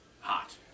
hot